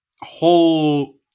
whole